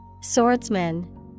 Swordsman